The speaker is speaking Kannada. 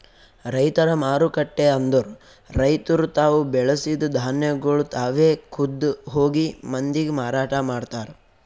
ರೈತರ ಮಾರುಕಟ್ಟೆ ಅಂದುರ್ ರೈತುರ್ ತಾವು ಬೆಳಸಿದ್ ಧಾನ್ಯಗೊಳ್ ತಾವೆ ಖುದ್ದ್ ಹೋಗಿ ಮಂದಿಗ್ ಮಾರಾಟ ಮಾಡ್ತಾರ್